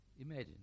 Imagine